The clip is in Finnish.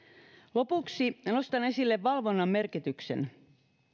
lopuksi nostan esille valvonnan merkityksen